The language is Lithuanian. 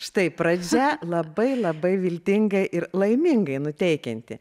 štai pradžia labai labai viltinga ir laimingai nuteikianti